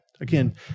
Again